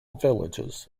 villages